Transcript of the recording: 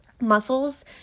muscles